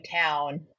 town